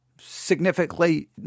significantly